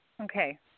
Okay